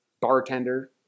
bartender